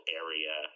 area